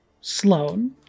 Sloane